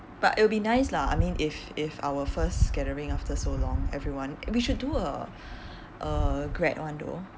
but it will be nice lah I mean if if our first gathering after so long everyone we should do a a grad one though